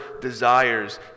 desires